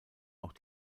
auch